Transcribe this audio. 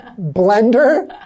blender